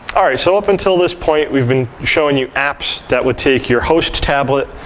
ah so up until this point, we've been showing you apps that would take your host tablet,